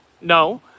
no